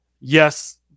Yes